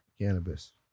cannabis